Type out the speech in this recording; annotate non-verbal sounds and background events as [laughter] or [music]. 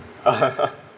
[laughs]